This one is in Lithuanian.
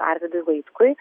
arvydui vaitkui